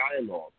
dialogue